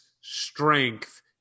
strength